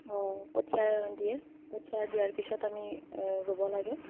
কঠীয়া দিয়ে কঠীয়া দিয়াৰ পিছত আমি ৰুব লাগে